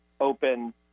open